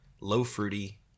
low-fruity